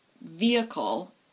vehicle